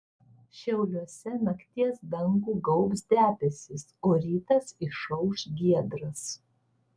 šiauliuose nakties dangų gaubs debesys o rytas išauš giedras